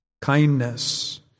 kindness